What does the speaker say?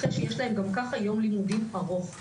אחרי שיש להם גם כך יום לימודים ארוך.